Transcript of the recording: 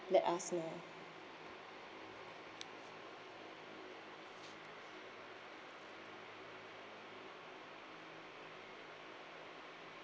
let us know